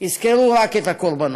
יזכרו רק את הקורבנות.